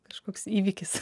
kažkoks įvykis